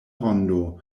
rondo